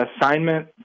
assignment